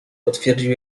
potwierdził